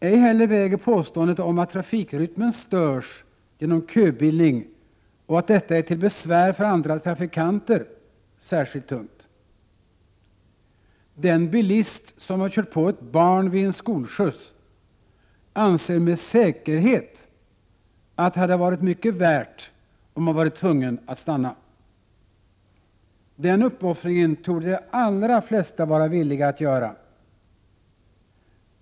Ej heller väger påståendet om att trafikrytmen störs genom köbildning och att detta är till besvär för andra trafikanter särskilt tungt. Den bilist som har kört på ett barn vid en skolskjuts anser med säkerhet, att det hade varit mycket värt om han varit tvungen att stanna. Den uppoffringen torde de allra flesta vara villiga att göra.